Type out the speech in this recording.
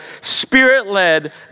Spirit-led